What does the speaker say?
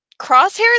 Crosshair's